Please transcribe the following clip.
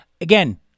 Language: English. again